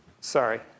sorry